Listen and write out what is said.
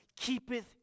keepeth